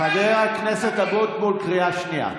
חבר הכנסת אבוטבול, קריאה שנייה.